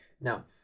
Now